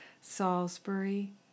Salisbury